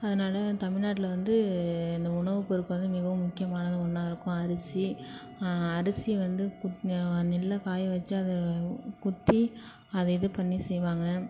அதனால தமிழ்நாட்ல வந்து இந்த உணவு பொருட்கள் வந்து மிகவும் முக்கியமான ஒன்னாக இருக்கும் அரிசி அரிசி வந்து நெல்லை காய வைச்சி அதை குத்தி அதை இது பண்ணி செய்வாங்க